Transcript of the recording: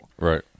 Right